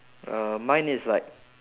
uh mine is like